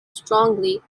strongly